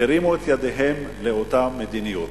הרימו את ידיהם לאותה מדיניות,